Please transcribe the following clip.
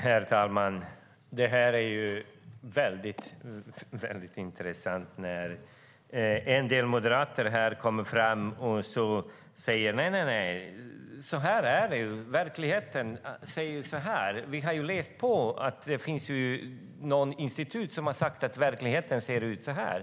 Herr talman! Detta är väldigt intressant. En del moderater kommer fram här och säger: Nej, så här är det. Vi har läst på, och det finns ett institut som har sagt att verkligheten ser ut så här.